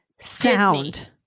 Sound